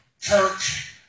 church